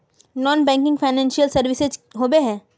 Non banking financial services होबे है?